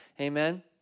Amen